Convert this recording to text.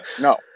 No